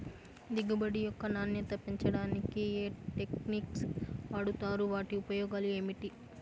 దిగుబడి యొక్క నాణ్యత పెంచడానికి ఏ టెక్నిక్స్ వాడుతారు వాటి ఉపయోగాలు ఏమిటి?